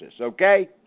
okay